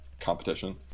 competition